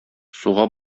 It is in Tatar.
суга